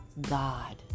God